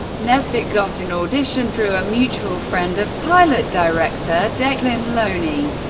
nesbitt got an audition through a mutual friend of pilot director declan lowney,